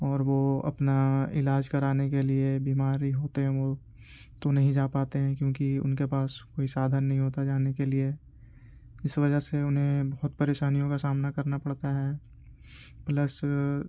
اور وہ اپنا علاج کرانے کے لیے بیماری ہوتے ہیں وہ تو نہیں جا پاتے ہیں کیونکہ ان کے پاس کوئی سادھن نہیں ہوتا جانے کے لیے اس وجہ سے انہیں بہت پریشانیوں کا سامنا کرنا پڑتا ہے پلس